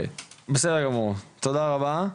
בסדר גמור, תודה רבה.